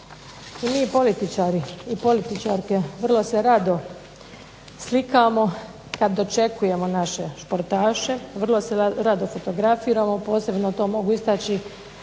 i mi političari i političarke vrlo se rado slikamo kad dočekujemo naše športaše, vrlo se rado fotografiramo, posebno to mogu istaći